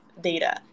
data